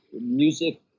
Music